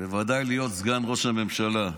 בוודאי להיות סגן ראש הממשלה.